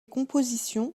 compositions